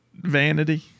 Vanity